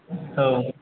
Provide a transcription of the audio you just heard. औ